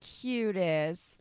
cutest